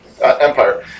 Empire